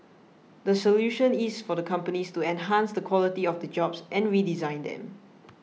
the solution is for the companies to enhance the quality of the jobs and redesign them